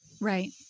Right